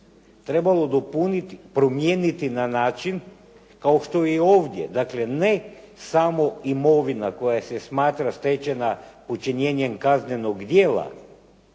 trebalo dopuniti, promijeniti na način kao što je i ovdje. Dakle ne samo imovina koja se smatra stečena počinjenjem kaznenog djela,